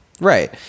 right